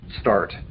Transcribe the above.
start